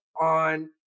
on